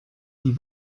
die